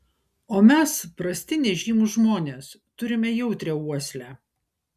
o mes prasti nežymūs žmonės turime jautrią uoslę